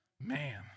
Man